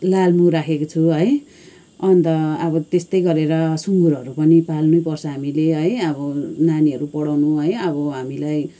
लालमु राखेको छु है अन्त अब त्यस्तै गरेर सुँगुरहरू पनि पाल्नैपर्छ हामीले है अब नानीहरू पढाउनु है अब हामीलाई